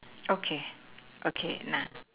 okay okay nah